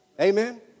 Amen